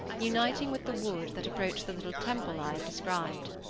uniting with the wood that approached the little temple i have described.